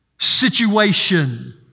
situation